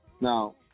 Now